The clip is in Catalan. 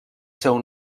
seu